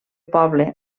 poble